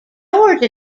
george